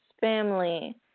family